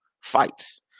fights